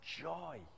joy